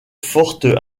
forte